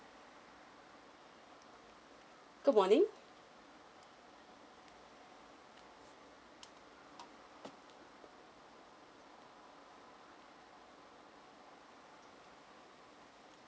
good morning